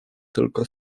tylko